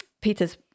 Peter's